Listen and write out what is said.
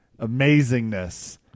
amazingness